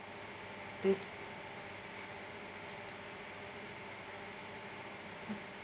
do